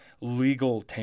legal